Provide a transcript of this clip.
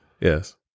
Yes